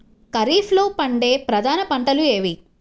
ఖరీఫ్లో పండే ప్రధాన పంటలు ఏవి?